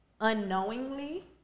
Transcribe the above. unknowingly